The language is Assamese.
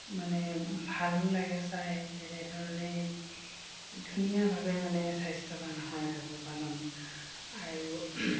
মানে ভালো লাগে চাই তেনেধৰণে ধুনীয়াভাৱে মানে স্বাস্থ্যৱান হয় পশুপালন আৰু